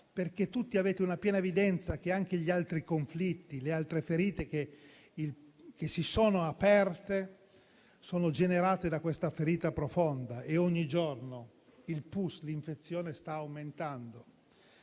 infatti avete una piena evidenza che anche gli altri conflitti, le altre ferite che si sono aperte sono generate da questa ferita profonda e ogni giorno il pus, l'infezione sta aumentando.